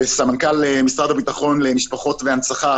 לראש אגף משפחות והנצחה במשרד הביטחון,